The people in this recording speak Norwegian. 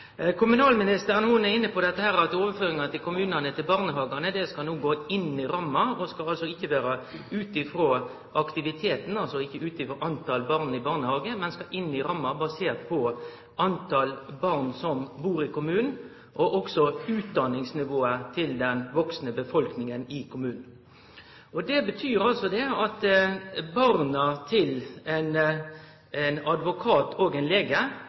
kommunane til barnehagane no skal gå inn i ramma og ikkje skal skje ut ifrå aktiviteten, altså ikkje ut ifrå talet på barn i barnehagar, men vere baserte på talet på barn som bur i kommunen, og også utdanningsnivået til den vaksne befolkninga i kommunen. Det betyr at barna til ein advokat og ein lege